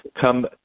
come